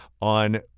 on